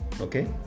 Okay